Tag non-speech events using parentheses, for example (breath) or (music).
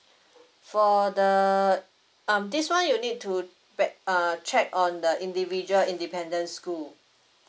(breath) for the um this one you will need to bet uh check on the individual independent school